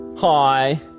Hi